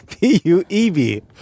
P-U-E-B